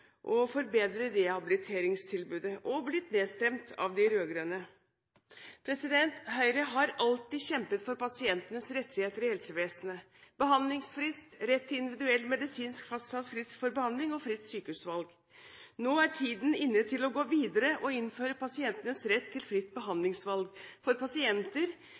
og forbedre rehabiliteringstilbudet – og blitt nedstemt av de rød-grønne. Høyre har alltid kjempet for pasientenes rettigheter i helsevesenet – behandlingsfrist, rett til individuell medisinsk fastsatt frist for behandling, og fritt sykehusvalg. Nå er tiden inne for å gå videre og innføre pasientenes rett til fritt behandlingsvalg for pasienter